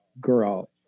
girl